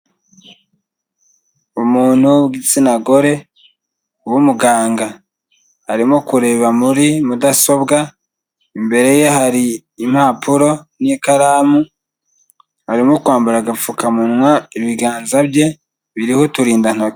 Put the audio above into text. Umuntu w'igitsina gore w'umuganga, arimo kureba muri Mudasobwa, imbere ye hari impapuro n'ikaramu, arimo kwambara agapfukamunwa, ibiganza bye biriho uturindantoki.